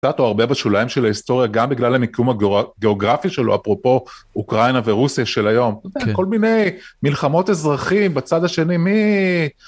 קצת או הרבה בשוליים של ההיסטוריה גם בגלל המיקום הגיאוגרפי שלו אפרופו אוקראינה ורוסיה של היום כל מיני מלחמות אזרחים בצד השני מי.